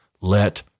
let